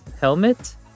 helmet